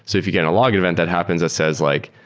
so if you get in a log event that happens that says like,